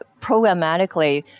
programmatically